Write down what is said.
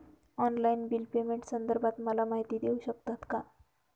Online bill पेमेंटसंदर्भात मला माहिती देऊ शकतात का?